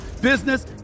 business